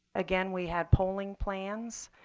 again, we had polling plans.